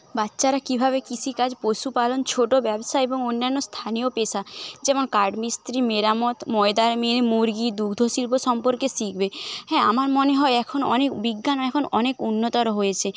বাচ্চারা কীভাবে কৃষিকাজ পশুপালন ছোট ব্যবসা এবং অন্যান্য স্থানীয় পেশা যেমন কাঠমিস্ত্রী মেরামত ময়দার মিল মুরগি দুগ্ধশিল্প সম্পর্কে শিখবে হ্যাঁ আমার মনে এখন অনেক বিজ্ঞান এখন অনেক উন্নতর হয়েছে